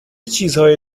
چیزهای